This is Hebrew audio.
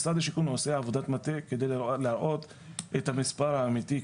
משרד השיכון עושה עבודת מטה על מנת להראות את המספר האמתי,